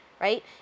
Right